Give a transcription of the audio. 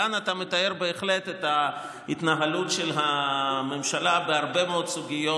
כאן אתה מתאר בהחלט את ההתנהלות של הממשלה בהרבה מאוד סוגיות,